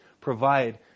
provide